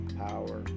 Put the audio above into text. power